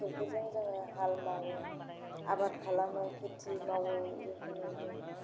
मोसौफोरजों जोङो हाल मावो आबाद खालामो खेथि मावो जिखुनु जों